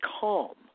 calm